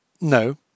No